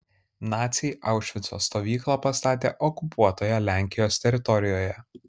naciai aušvico stovyklą pastatė okupuotoje lenkijos teritorijoje